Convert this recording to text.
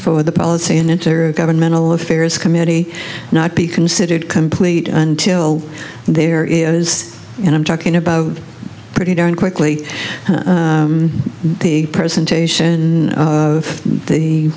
for the policy and intergovernmental affairs committee not be considered complete until there is and i'm talking about pretty darn quickly the presentation of the